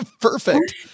Perfect